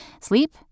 sleep